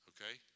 Okay